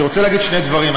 אני רוצה להגיד שני דברים.